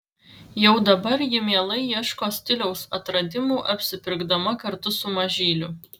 jau dabar ji mielai ieško stiliaus atradimų apsipirkdama kartu su mažyliu